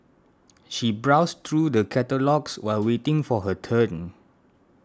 she browsed through the catalogues while waiting for her turn